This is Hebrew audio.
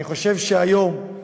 אני חושב שהיום,